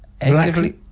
Actively